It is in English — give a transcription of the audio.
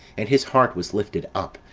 and his heart was lifted up,